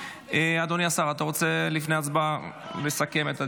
אדוני השר, אתה רוצה לפני ההצבעה לסכם את הדיון?